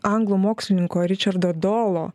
anglų mokslininko ričardo dolo